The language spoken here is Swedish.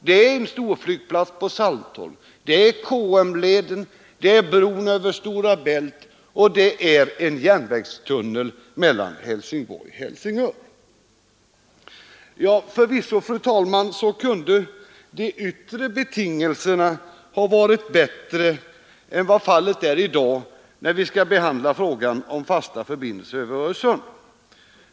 Det är storflygplatsen på Saltholm, det är KM-leden, det är bron över Stora Bält och det är järnvägstunneln mellan Helsingborg och Helsingör. Förvisso, fru talman, kunde de yttre betingelserna ha varit bättre än vad fallet är i dag, när vi skall behandla frågan om fasta förbindelser över Öresund.